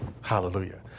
Hallelujah